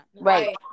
Right